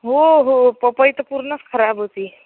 हो हो पपई तर पूर्णच खराब होती